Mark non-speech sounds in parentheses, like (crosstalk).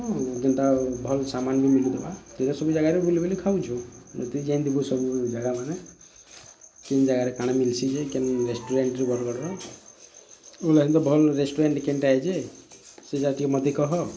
ଯେନ୍ତା ଭଲ୍ ସାମାନ୍ ମିଲୁଥିବା ତୁ ସବୁ ଜାଗାରେ ବୁଲି ବୁଲି ଖାଉଚୁ ମତେ ଯେନ୍ତି ସବୁ ଜାଗାମାନେ ସେନ୍ ଜାଗାରେ ଖାନା ମିଲ୍ସି ଯେ କେନ୍ ରେଷ୍ଟୁରାଣ୍ଟରୁ ବରଗଡ଼ର (unintelligible) ଭଲ୍ ରେଷ୍ଟୁରେଣ୍ଟର ଭଲ୍ ଜାଗା ହେସି ସେ ଜାଗା ମତେ କହ